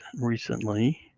recently